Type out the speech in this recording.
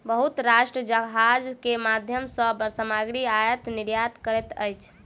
बहुत राष्ट्र जहाज के माध्यम सॅ सामग्री आयत निर्यात करैत अछि